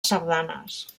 sardanes